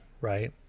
right